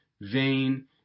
vain